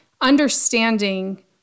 understanding